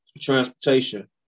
transportation